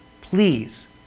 Please